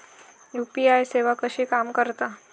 UPI सेवा कशी काम करता?